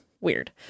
Weird